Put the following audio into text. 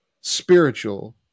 spiritual